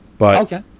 Okay